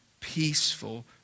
peaceful